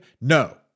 No